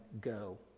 go